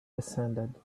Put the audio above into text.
descended